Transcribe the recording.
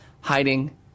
hiding